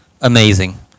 amazing